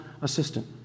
assistant